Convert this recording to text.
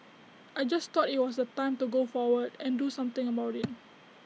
I just thought IT was the time to go forward and do something about IT